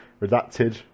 Redacted